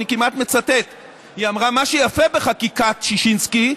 אני כמעט מצטט: מה שיפה בחקיקת ששינסקי,